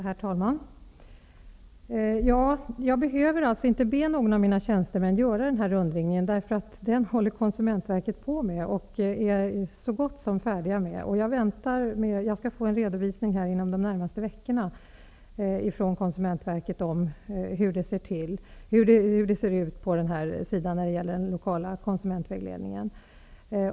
Herr talman! Jag behöver inte be någon av mina tjänstemän att göra denna rundringning. Konsumentverket håller nämligen redan på med den och är så gott som färdig med den. Jag skall få en redovisning från Konsumentverket inom de närmaste veckorna av hur det ser ut när det gäller den lokala konsumentvägledningen.